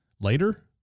Later